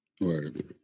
Right